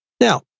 Now